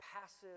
passive